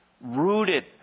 rooted